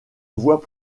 voie